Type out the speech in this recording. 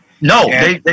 No